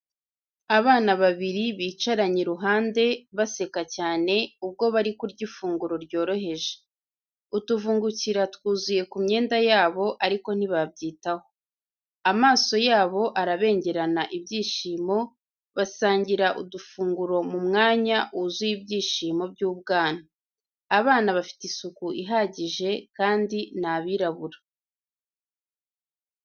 Abana babiri bicaranye iruhande, baseka cyane ubwo bari kurya ifunguro ryoroheje. Utuvungukira twuzuye ku myenda yabo ariko ntibabyitaho. Amaso yabo arabengerana ibyishimo, basangira udufunguro mu mwanya wuzuye ibyishimo by’ubwana. Abana bafite isuku ihagije kandi ni abirabura.